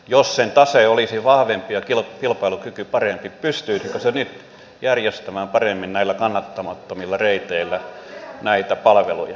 jos sen tase olisi vahvempi ja kilpailukyky parempi pystyisikö se nyt järjestämään paremmin näillä kannattamattomilla reiteillä näitä palveluja